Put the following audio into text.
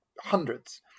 hundreds